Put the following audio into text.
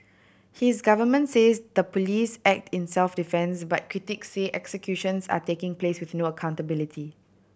his government says the police act in self defence but critics say executions are taking place with no accountability